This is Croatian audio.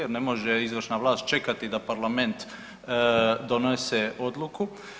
Jer ne može izvršna vlast čekati da Parlament donese odluku.